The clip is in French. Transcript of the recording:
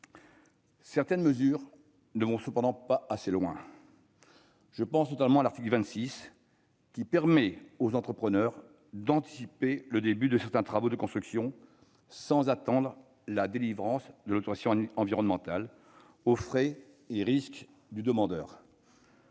certaines d'entre elles ne vont pas assez loin. Ainsi, l'article 26 permet aux entrepreneurs d'anticiper le début de certains travaux de construction sans attendre la délivrance de l'autorisation environnementale, aux frais et risques du demandeur.